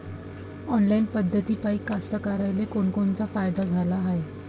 Online पद्धतीपायी कास्तकाराइले कोनकोनचा फायदा झाला हाये?